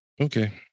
Okay